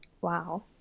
Wow